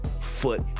foot